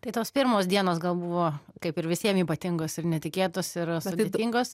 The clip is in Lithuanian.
tai tos pirmos dienos gal buvo kaip ir visiem ypatingos ir netikėtos ir sudėtingos